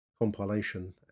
Compilation